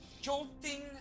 Jolting